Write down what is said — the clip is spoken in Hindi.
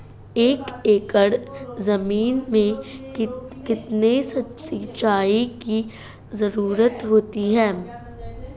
एक एकड़ ज़मीन में कितनी सिंचाई की ज़रुरत होती है?